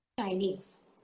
Chinese